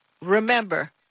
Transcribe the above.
Remember